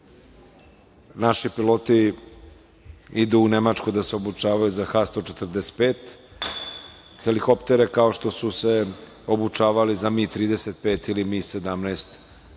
Naši piloti idu u Nemačku da se obučavaju za H-145, helikoptere, kao što su se obučavali za MI-35 ili MI-17